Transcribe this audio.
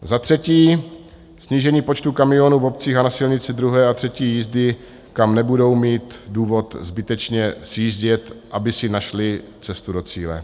Za třetí, snížení počtu kamionů v obcích a na silnici druhé a třetí třídy, kam nebudou mít důvod zbytečně sjíždět, aby si našli cestu do cíle.